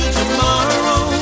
tomorrow